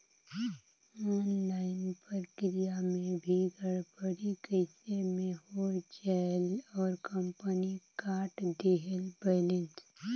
Online प्रक्रिया मे भी गड़बड़ी कइसे मे हो जायेल और कंपनी काट देहेल बैलेंस?